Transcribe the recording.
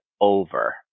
over